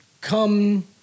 come